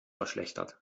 verschlechtert